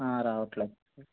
రావట్లేదు